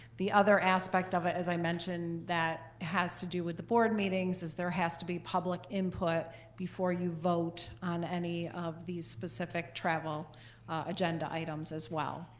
the other aspect of it, as i mentioned, that has to do with the board meetings is, there has to be public input before you vote on any of these specific travel agenda items as well.